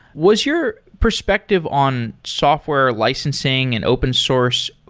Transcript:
was your perspective on software licensing and open source,